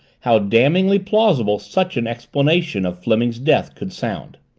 how damningly plausible such an explanation of fleming's death could sound.